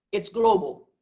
it's global,